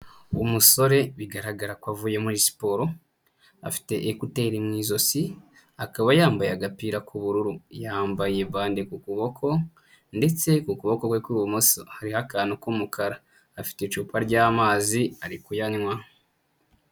Umusore bigaragara ko avuye muri siporo, afite ekuteri mu izosi akaba yambaye agapira k'ubururu, yambaye bande ku kuboko ndetse ku kuboko kwe kw'ibumoso hariho akantu k'umukara, afite icupa ry'amazi ari kuyanywa.